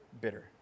bitter